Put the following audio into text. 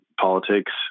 politics